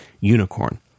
Unicorn